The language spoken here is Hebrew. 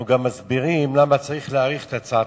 אנחנו מסבירים למה צריך להאריך את תוקף החוק.